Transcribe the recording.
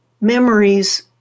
memories